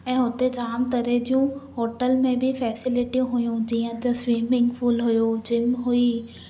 हे हुते जाम तरह जूं होटल में बि फैसिलिटी हुइयूं जीअं त स्विमिंग पूल हूयो जिम हुई